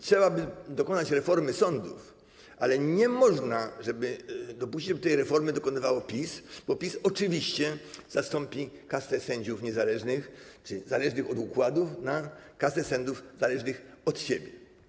Trzeba dokonać reformy sądów, ale nie można dopuścić, żeby tej reformy dokonywało PiS, bo PiS oczywiście zastąpi kastę sędziów niezależnych czy zależnych od układu na kastę sędziów zależnych od siebie.